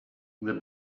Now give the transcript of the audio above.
the